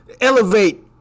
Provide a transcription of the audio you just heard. elevate